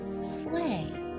sleigh